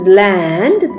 land